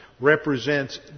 represents